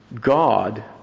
God